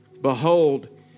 Behold